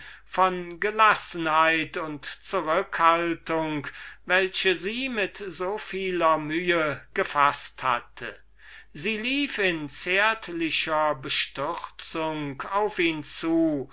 von gelassenheit und zurückhaltung welche sie mit so vieler mühe gefaßt hatte sie lief in zärtlicher bestürzung auf ihn zu